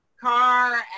car